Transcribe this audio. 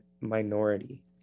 minority